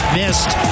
missed